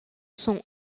sont